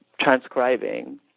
transcribing